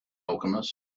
alchemist